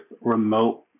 remote